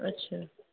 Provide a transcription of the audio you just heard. اچھا